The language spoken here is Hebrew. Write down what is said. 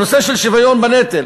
הנושא של השוויון בנטל